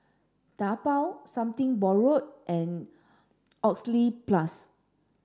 Taobao Something Borrowed and Oxyplus